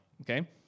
okay